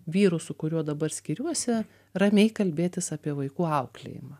vyru su kuriuo dabar skiriuosi ramiai kalbėtis apie vaikų auklėjimą